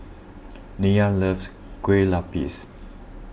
Nyla loves Kueh Lapis